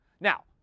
Now